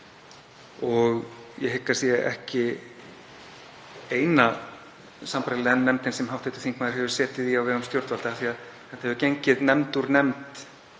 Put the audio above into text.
ég hygg að það sé ekki eina sambærilega nefndin sem hv. þingmaður hefur setið í á vegum stjórnvalda, af því að þetta hefur gengið nefnd úr nefnd